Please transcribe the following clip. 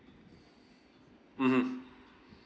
mmhmm